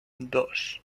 dos